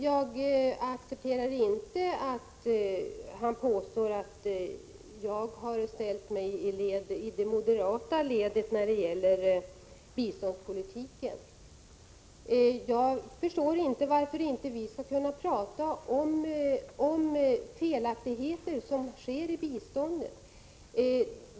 Jag accepterar dock inte att Bengt Silfverstrand påstår att jag har ställt mig i det moderata ledet när det gäller biståndspolitiken. Jag förstår inte varför vi inte skall kunna prata om felaktigheter som sker i biståndet.